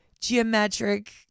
geometric